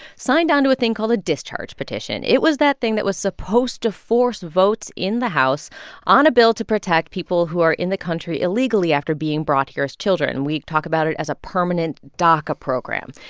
signed on to a thing called a discharge petition. it was that thing that was supposed to force votes in the house on a bill to protect people who are in the country illegally after being brought here as children. we talk about it as a permanent daca program.